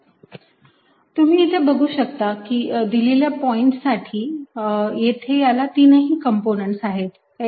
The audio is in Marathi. A2xx2yy 3zz तुम्ही इथे बघू शकता की दिलेल्या पॉइंट्स साठी येथे याला तिनही कंपोनंट्स आहेत x y आणि z